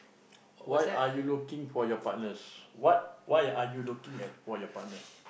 what's that